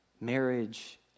marriage